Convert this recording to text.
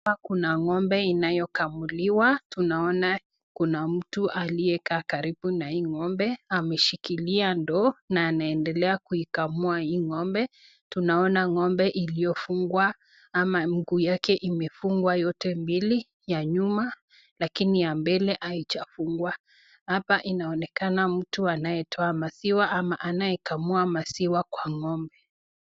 Hapa kuna ngombe inayokamuliwa, tunaona kuna mtu aliye kaa karibu na hii ngombe, ameshikilia ndoo na anaendelea kuikamua hii ngombe . Tunaona ngombe iliyofungwa, ama mguu yake imefunguka yote mbili ya nyuma lakini ya mbele haijafungua. Hapa inaonekana mtu anayetoa maziwa ama anayekamua maziwa kwa ngombe.